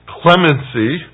clemency